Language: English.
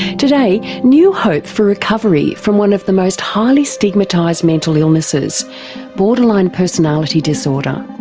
today, new hope for recovery from one of the most highly stigmatised mental illnesses borderline personality disorder.